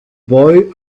boy